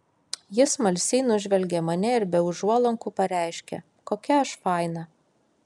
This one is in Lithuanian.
jis smalsiai nužvelgė mane ir be užuolankų pareiškė kokia aš faina